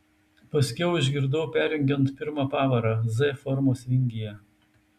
paskiau išgirdau perjungiant pirmą pavarą z formos vingyje